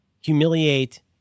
humiliate